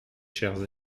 chers